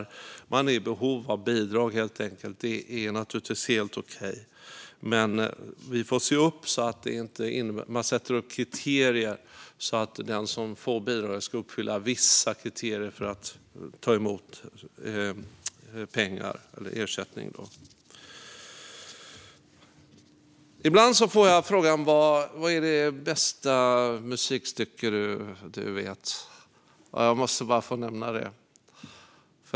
Man är helt enkelt i behov av bidrag. Det är naturligtvis helt okej. Men vi får se upp. Man sätter upp kriterier så att den som får bidrag ska uppfylla vissa kriterier för att ta emot pengar eller få ersättning. Ibland får jag frågan: Vad är det bästa musikstycke du vet? Jag måste bara få nämna det.